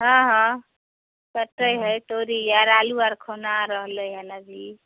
हँ हँ कटै हइ तोरी आओर आलू आओर खुना रहलै हँ अभी